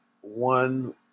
one